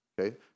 okay